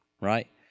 right